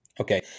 Okay